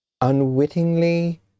unwittingly